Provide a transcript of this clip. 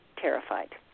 terrified